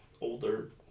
older